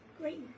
Great